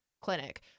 clinic